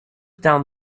down